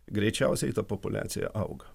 greičiausiai ta populiacija auga